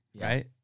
Right